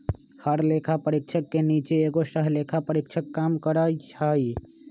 हर लेखा परीक्षक के नीचे एगो सहलेखा परीक्षक काम करई छई